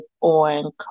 on